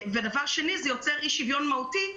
זה גם יוצר אי שוויון מהותי,